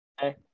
Hey